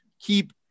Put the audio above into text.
keep